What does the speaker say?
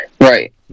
Right